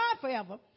forever